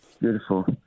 Beautiful